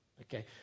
Okay